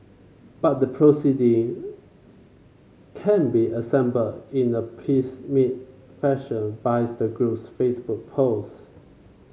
but the proceeding can be assembled in a piecemeal fashion via the group's Facebook post